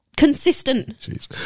consistent